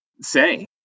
say